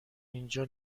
اینجا